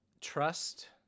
trust